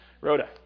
Rhoda